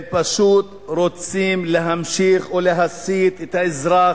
הם פשוט רוצים להמשיך ולהסיט את האזרח